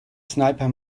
sniper